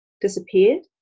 disappeared